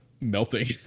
melting